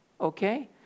okay